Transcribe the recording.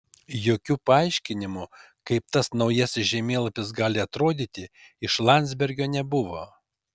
jokių paaiškinimų kaip tas naujasis žemėlapis gali atrodyti iš landsbergio nebuvo